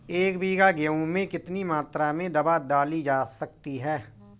एक बीघा गेहूँ में कितनी मात्रा में दवा डाली जा सकती है?